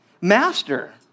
Master